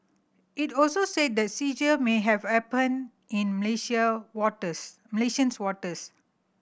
it also said the seizure may have happened in Malaysian waters